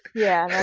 yeah,